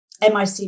MIC